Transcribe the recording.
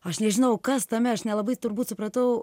aš nežinau kas tame aš nelabai turbūt supratau